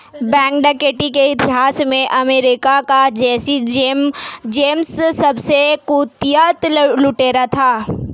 bank डकैती के इतिहास में अमेरिका का जैसी जेम्स सबसे कुख्यात लुटेरा था